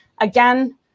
Again